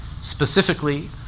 Specifically